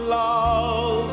love